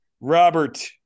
Robert